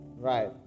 Right